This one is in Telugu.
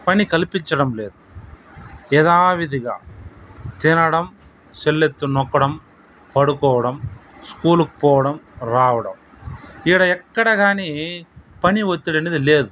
పని కల్పించడం లేదు యధావిధిగా తినడం సెల్ ఎత్తి నొక్కడం పడుకోవడం స్కూల్కు పోవడం రావడం ఇక్కడ ఎక్కడ కాని పని ఒత్తిడనేది లేదు